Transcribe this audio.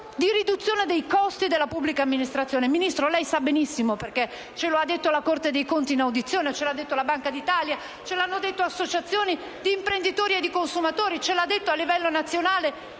riduzione dei costi della pubblica amministrazione. Signora Ministra, lei sa benissimo - perché ce l'ha detto la Corte dei conti in audizione, ce l'ha detto la Banca d'Italia, ce l'hanno detto le associazioni di imprenditori e di consumatori, ce l'ha detto, a livello internazionale,